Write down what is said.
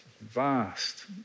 vast